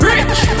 Rich